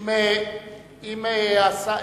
בבקשה,